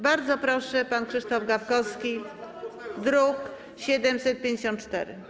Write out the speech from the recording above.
Bardzo proszę, pan Krzysztof Gawkowski, druk nr 754.